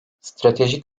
stratejik